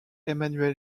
emmanuel